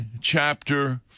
chapter